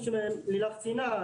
כפי שלילך ציינה,